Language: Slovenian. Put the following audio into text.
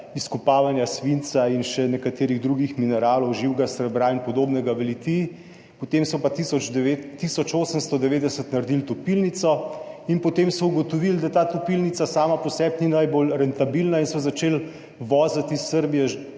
izkopavanja svinca in še nekaterih drugih mineralov, živega srebra in podobnega v Litiji, potem so pa 1890 naredili topilnico in potem so ugotovili, da ta topilnica sama po sebi ni najbolj rentabilna in so začeli voziti iz Srbije